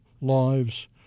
lives